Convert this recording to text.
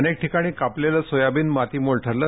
अनेक ठिकाणी कापलेलं सोयाबीन मातीमोल ठरलं